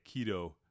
keto